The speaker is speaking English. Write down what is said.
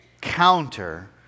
counter